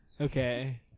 Okay